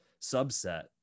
subset